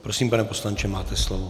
Prosím, pane poslanče, máte slovo.